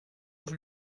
vous